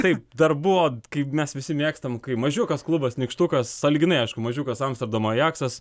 taip dar buvo kaip mes visi mėgstam kai mažiukas klubas nykštukas sąlyginai mažiukas amsterdamo ajaksas